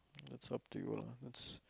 it's up to you lah it's